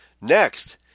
Next